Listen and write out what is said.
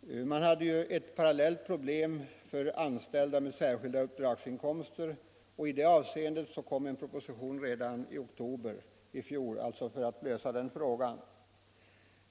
Det fanns ju ett parallellt problem för de anställda med särskilda uppdragsinkomster, och för att lösa den frågan framlades en proposition redan i oktober i Nr 148 fjol.